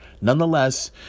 Nonetheless